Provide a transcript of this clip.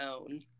own